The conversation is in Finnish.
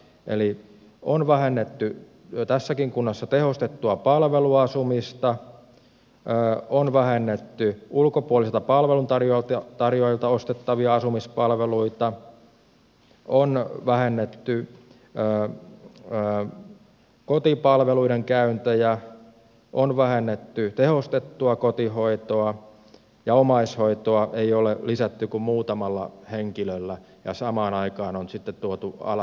eli on vähennetty jo tässäkin kunnassa tehostettua palveluasumista on vähennetty ulkopuolisilta palveluntarjoajilta ostettavia asumispalveluita on vähennetty kotipalveluiden käyntejä on vähennetty tehostettua kotihoitoa ja omaishoitoa ei ole lisätty kuin muutamalla henkilöllä ja samaan aikaan on sitten tuotu alas